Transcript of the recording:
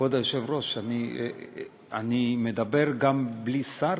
כבוד היושב-ראש, אני מדבר גם בלי שר?